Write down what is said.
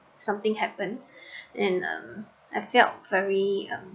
something happened and um I felt very um